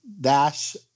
dash